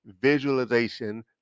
visualization